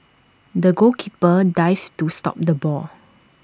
the goalkeeper dived to stop the ball